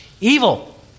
evil